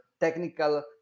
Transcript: technical